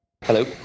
Hello